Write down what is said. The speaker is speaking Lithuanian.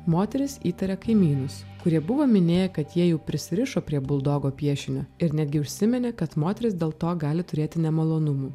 moteris įtarė kaimynus kurie buvo minėję kad jie jau prisirišo prie buldogo piešinio ir netgi užsiminė kad moteris dėl to gali turėti nemalonumų